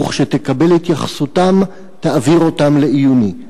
וכשתקבל את התייחסותם תעביר אותה לעיוני.